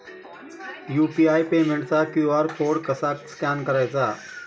UPI पेमेंटचा QR code कसा scan करायचा?